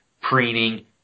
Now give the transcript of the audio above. preening